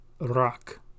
rock